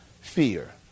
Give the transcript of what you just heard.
fear